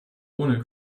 ohne